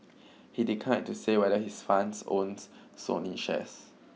he declined to say whether his funds owns Sony shares